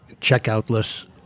Checkoutless